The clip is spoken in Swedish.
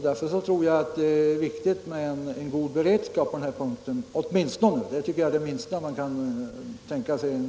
Därför tror jag att det är viktigt med en mycket god beredskap i detta avseende — det tycker jag är det minsta man kan tänka sig.